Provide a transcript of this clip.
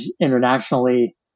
internationally